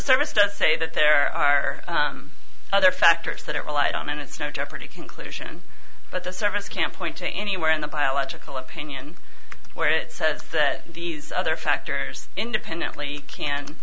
service does say that there are other factors that it relied on and it's no jeopardy conclusion but the service can't point to anywhere in the biological opinion where it says that these other factors independently can